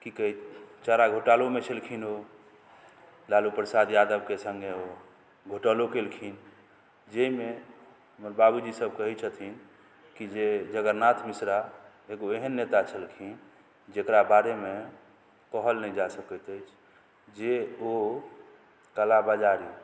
की कहै चारा घोटालोमे छलखिन ओ लालू प्रसाद यादवके सङ्गे ओ घोटालो केलखिन जाहिमे बाबूजी सभ कहै छथिन कि जे जगन्नाथ मिश्रा एगो एहन नेता छलखिन जेकरा बारेमे कहल नहि जा सकैत अछि जे ओ काला बाजारी